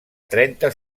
trenta